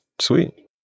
Sweet